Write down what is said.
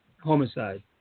homicide